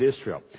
Israel